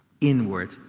inward